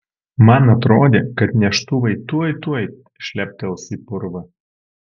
man atrodė kad neštuvai tuoj tuoj šleptels į purvą